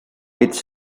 its